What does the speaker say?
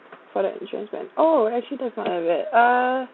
for the insurance plan oh actually that's not that bad uh